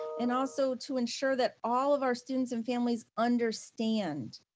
and also to ensure that all of our students and families understand